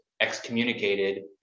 excommunicated